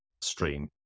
stream